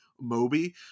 Moby